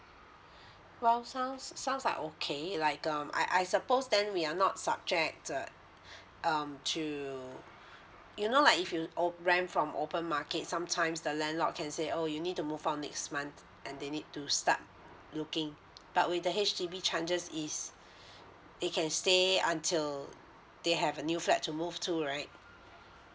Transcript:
well sounds sounds like okay like um I I suppose then we are not subject uh um to you know like if you o~ rent from open market sometimes the landlord can say oh you need to move on next month and they need to start looking but with the H_D_B chances is they can stay until they have a new flat to move to right